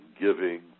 giving